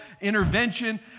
intervention